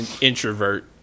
introvert